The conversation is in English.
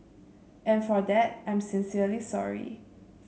and for that I'm sincerely sorry